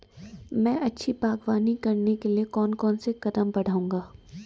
मैं अच्छी बागवानी करने के लिए कौन कौन से कदम बढ़ाऊंगा?